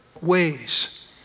ways